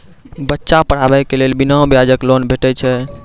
बच्चाक पढ़ाईक लेल बिना ब्याजक लोन भेटै छै?